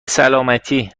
سلامتی